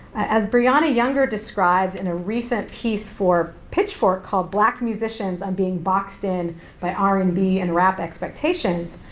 as briana younger described in a recent piece for pitchfork called black musicians on being boxed in by r and b and rap expectations,